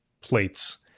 plates